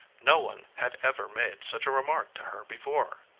no one had ever made such a remark to her before.